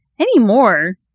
anymore